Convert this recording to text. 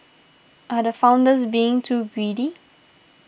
are the founders being too greedy